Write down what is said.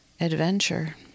adventure